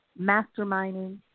masterminding